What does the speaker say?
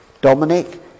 Dominic